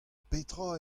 petra